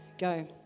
Go